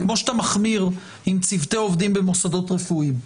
כמו שאתה מחמיר עם צוותי עובדים במוסדות רפואיים,